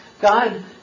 God